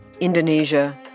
Indonesia